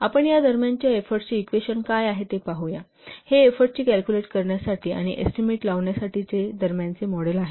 आपण या दरम्यानच्या एफोर्टचे इक्वेशन काय आहे ते पाहूया हे एफोर्ट कॅल्कुलेट करण्यासाठी किंवा एस्टीमेट लावण्यासाठीचे इंटरमीडिएट मॉडेल आहे